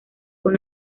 con